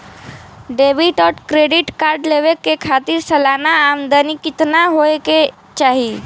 Debit और credit card लेवे के खातिर सलाना आमदनी कितना हो ये के चाही?